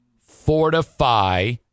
Fortify